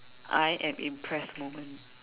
I am impressed moment